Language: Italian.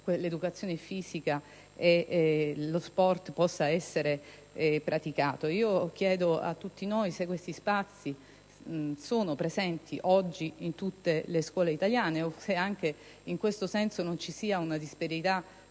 l'educazione fisica e lo sport. Chiedo a tutti noi se questi spazi sono presenti oggi in tutte le scuole italiane, o se anche in questo senso non ci sia una disparità